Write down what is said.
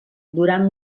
durant